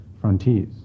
frontiers